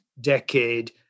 decade